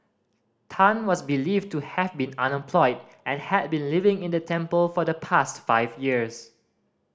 Tan was believed to have been unemployed and had been living in the temple for the past five years